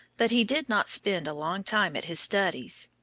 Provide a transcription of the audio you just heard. but he did not spend a long time at his studies,